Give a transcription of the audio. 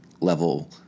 level